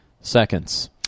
seconds